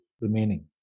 remaining